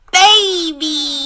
baby